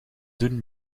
doen